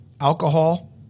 alcohol